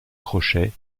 crochet